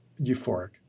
euphoric